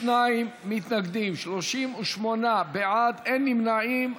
52 מתנגדים, 38 בעד, אין נמנעים.